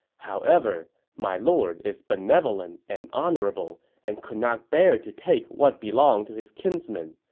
however, my lord is benevolent and honorable and could not bear to take what belongs to his kinsman,